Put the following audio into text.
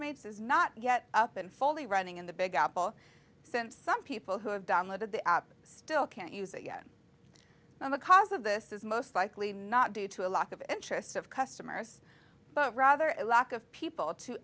mates is not yet up and fully running in the big apple since some people who have downloaded the app still can't use it yet because of this is most likely not due to a lot of interest of customers but rather a lack of people to